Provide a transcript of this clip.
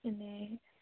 যেনেই